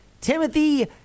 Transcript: timothy